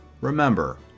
remember